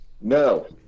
No